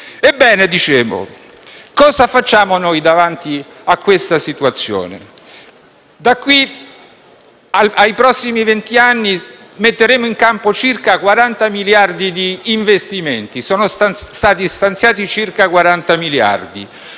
Ebbene - dicevo - cosa facciamo noi davanti a questa situazione? Da qui ai prossimi venti anni metteremo in campo circa 40 miliardi di investimenti, sono stati stanziati circa 40 miliardi.